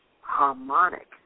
harmonic